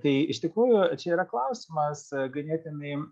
tai iš tikrųjų čia yra klausimas ganėtinai